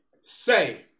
say